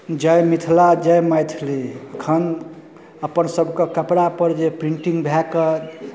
जय मिथिला जय मैथिली एखन अपनसभके कपड़ापर जे प्रिंटिंग भए कऽ